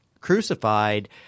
crucified